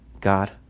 God